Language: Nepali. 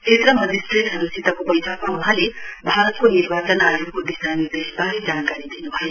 क्षेत्र मजिस्ट्रेटहरूसितको बैठकमा वहाँले भारतको निर्वाचन आयोगको दिशानिर्देशवारे जानकारी दिनुभयो